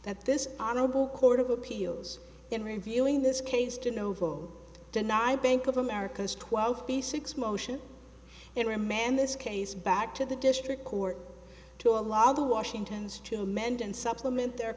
that this honorable court of appeals in reviewing this case to no vote deny bank of america's twelfth p six motion and remand this case back to the district court to allow the washington's to mend and supplement their